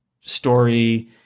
story